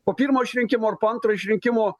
po pirmo išrinkimo ir po antro išrinkimo